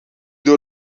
door